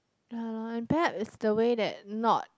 ya lah impact is the way they not